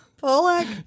Pollock